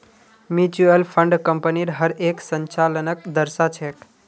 mutual fund कम्पनीर हर एक संचालनक दर्शा छेक